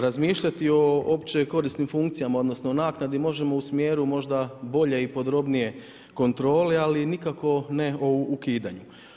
Razmišljati opće korisnih funkcija odnosno, naknadi, možemo u smjeru možda bolje i podobnije kontroli, ali nikako ne o ukidanju.